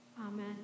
Amen